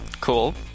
Cool